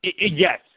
yes